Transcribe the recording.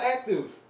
active